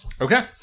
Okay